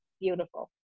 beautiful